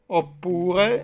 oppure